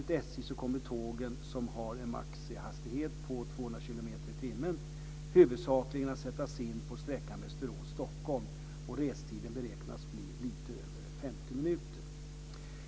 Till juni 200 kilometer per timme, huvudsakligen att sättas in på sträckan Västerås-Stockholm. Restiden beräknas bli lite över 50 minuter.